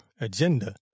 agenda